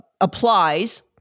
applies